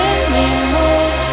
anymore